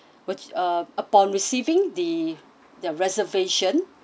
would uh upon receiving the the reservation